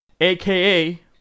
AKA